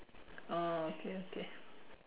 oh okay okay